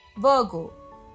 Virgo –